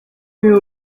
you